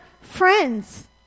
friend's